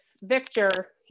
Victor